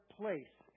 place